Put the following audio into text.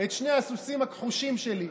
את שני הסוסים הכחושים שלי,